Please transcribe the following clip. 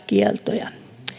kieltoja